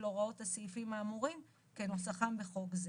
הוראות הסעיפים האמורים כנוסחם בחוק זה.